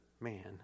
man